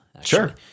Sure